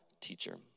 teacher